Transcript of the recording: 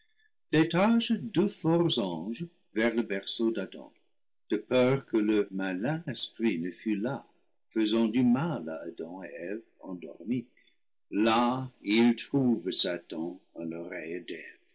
détache deux forts anges vers le berceau d'adam de peur que le malin esprit ne fût là faisant du mal à adam et eve endormis là ils trouvent satan à l'oreille